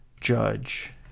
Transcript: judge